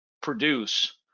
produce